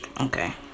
Okay